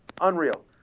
Unreal